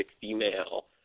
female